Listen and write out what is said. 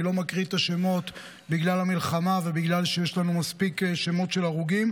אני לא מקריא את השמות בגלל המלחמה ובגלל שיש לנו מספיק שמות של הרוגים,